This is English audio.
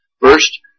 first